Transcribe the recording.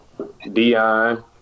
Deion